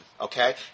okay